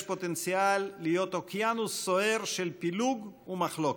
יש פוטנציאל להיות אוקיינוס סוער של פילוג ומחלוקת.